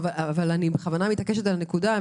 אבל אני בכוונה מתעקשת על הנקודה הזאת.